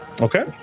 okay